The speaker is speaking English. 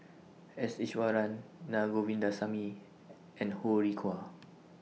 S Iswaran Naa Govindasamy and Ho Rih Hwa